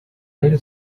rero